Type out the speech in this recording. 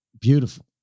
Beautiful